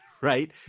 right